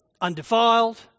undefiled